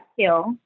skill